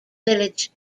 village